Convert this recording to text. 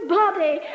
body